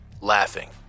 laughing